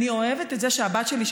אני אוהבת את זה שהבת שלי,